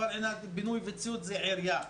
אבל בעניין הבינוי והציוד זה העירייה.